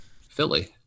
Philly